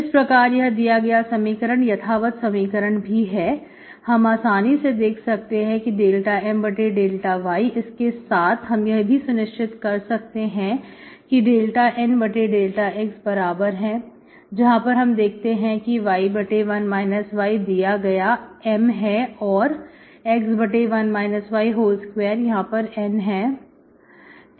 इस प्रकार यह दिया गया समीकरण यथावत समीकरण भी है हम आसानी से देख सकते हैं कि ∂M∂y इसके साथ हम यह भी सुनिश्चित कर सकते हैं कि ∂N∂x बराबर है जहां पर हम देखते हैं कि y1 y दिया गया M है और x1 y2 यहां पर N है